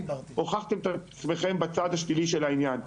שהם הוכיחו את עצמם בצד השני של העניין,